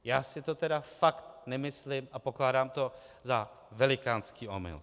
Já si to tedy fakt nemyslím a pokládám to za velikánský omyl.